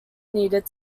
needed